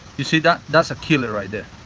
you see that? that's a killer right there.